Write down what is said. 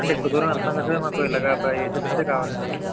అంటే ఎక్కవ దూరం వెళ్తున్నాం కదా సార్ మాకు ఇలాగ ఏసీ బస్సే కావాలండి